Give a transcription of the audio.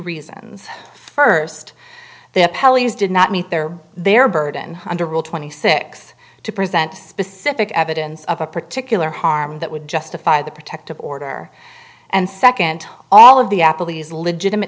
reasons first they pelleas did not meet their their burden hundred twenty six to present specific evidence of a particular harm that would justify the protective order and second all of the appleby's legitimate